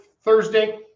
Thursday